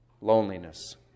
loneliness